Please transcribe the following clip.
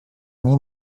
они